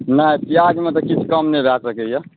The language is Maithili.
नहि प्याजमे तऽ किछु कम नहि भऽ सकैए